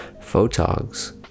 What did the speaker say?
photogs